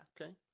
Okay